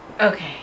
Okay